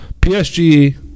PSG